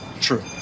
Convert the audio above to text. true